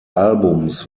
albums